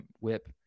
whip